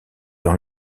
dans